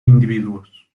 individuos